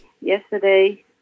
Yesterday